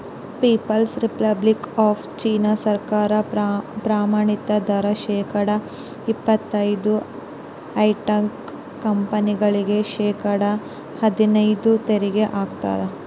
people's republic of China ಸರ್ಕಾರ ಪ್ರಮಾಣಿತ ದರ ಶೇಕಡಾ ಇಪ್ಪತೈದು ಹೈಟೆಕ್ ಕಂಪನಿಗಳಿಗೆ ಶೇಕಡಾ ಹದ್ನೈದು ತೆರಿಗೆ ಹಾಕ್ತದ